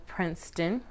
Princeton